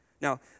Now